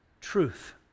truth